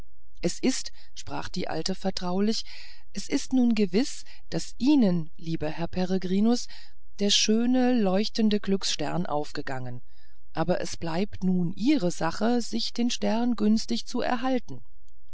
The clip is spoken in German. es ist sprach die alte vertraulich es ist nun gewiß daß ihnen lieber herr peregrinus der schöne leuchtende glücksstern aufgegangen aber es bleibt nun ihre sache sich den stern günstig zu erhalten